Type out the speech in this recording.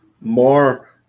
more